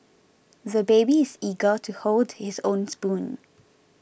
the baby is eager to hold his own spoon